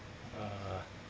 uh